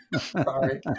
Sorry